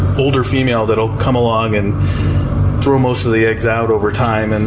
older female that'll come along and throw most of the eggs out over time, and